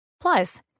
Plus